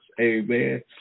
amen